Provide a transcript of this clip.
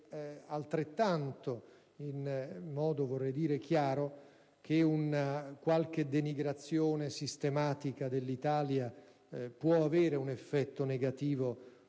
altrettanto evidente e chiaro che qualche denigrazione sistematica dell'Italia può avere un effetto negativo